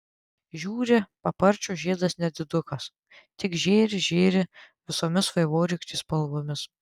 žiūri paparčio žiedas nedidukas tik žėri žėri visomis vaivorykštės spalvomis